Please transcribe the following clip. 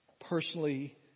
personally